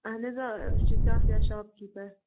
اَہَن حظ آ أسۍ چھِ شافِیہ شاپ کیٖپَر